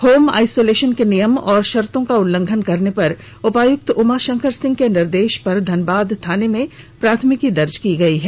home isolation के नियम एवं शर्तो का उल्लंघन करने पर उपायुक्त उमा शंकर सिंह के निर्देश पर धनबाद थाना में प्राथमिकी दर्ज की गई है